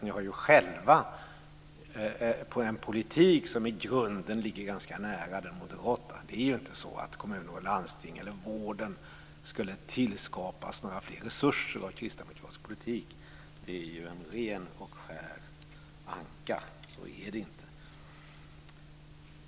Ni har ju själva en politik som i grunden ligger ganska nära den moderata. Det är inte så att kommuner och landsting eller vården skulle tillskapas några fler resurser med kristdemokratisk politik. Det är en ren och skär anka. Så är det inte.